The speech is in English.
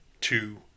two